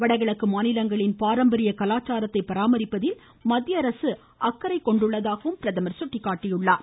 வடகிழக்கு மாநிலங்களின் பாரம்பரிய கலாச்சாரத்தை பராமரிப்பதில் மத்திய அரசு அக்கறை கொண்டுள்ளதாகவும் பிரதமர் சுட்டிக்காட்டினார்